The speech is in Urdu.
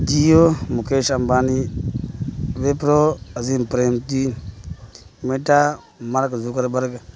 Jio Mukesh Ambani Wipro Azim Premji Meta Mark Zuckerberg